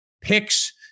Picks